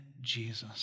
Jesus